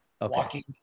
walking